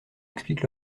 explique